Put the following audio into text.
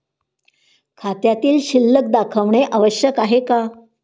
खात्यातील शिल्लक दाखवणे आवश्यक आहे का?